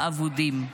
האבודים".